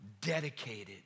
dedicated